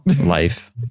Life